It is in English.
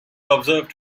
observed